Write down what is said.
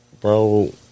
bro